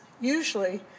Usually